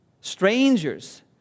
strangers